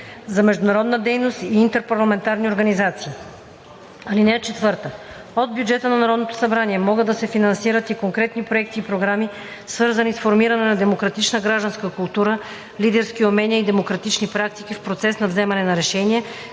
за международната дейност и интерпарламентарните организации. (4) От бюджета на Народното събрание могат да се финансират и конкретни проекти и програми, свързани с формиране на демократична гражданска култура, лидерски умения и демократични практики в процеса на вземане на решения,